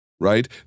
Right